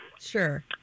Sure